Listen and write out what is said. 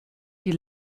die